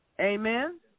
Amen